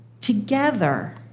Together